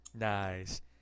Nice